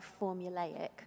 formulaic